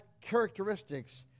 characteristics